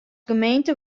gemeente